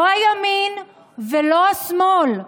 לא הימין ולא השמאל,